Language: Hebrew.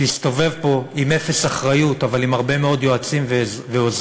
שיסתובב פה עם אפס אחריות אבל עם הרבה מאוד יועצים ועוזרים,